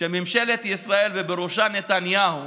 שממשלת ישראל ונתניהו